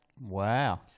Wow